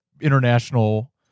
international